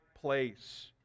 place